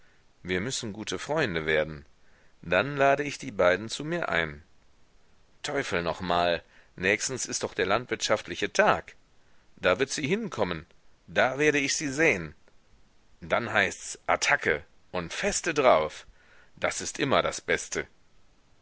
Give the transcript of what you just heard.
wir müssen gute freunde werden dann lade ich die beiden zu mir ein teufel noch mal nächstens ist doch der landwirtschaftliche tag da wird sie hinkommen da werde ich sie sehen dann heißts attacke und feste drauf das ist immer das beste